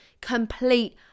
complete